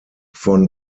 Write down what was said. von